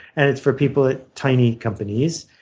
and it's for people at tiny companies,